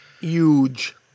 Huge